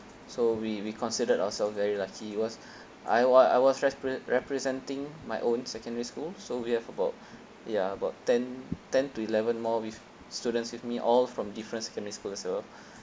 so we we considered ourselves very lucky because I wa~ I was repre~ representing my own secondary school so we have about ya about ten ten to eleven more with students with me all from different secondary school also